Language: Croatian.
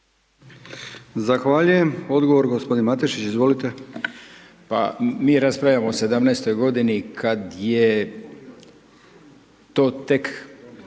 Zahvaljujem, odgovor gospodin Matešić, izvolite. **Matešić, Goran** Pa mi raspravljamo o '17. godini kad je to tek